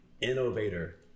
innovator